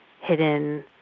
hidden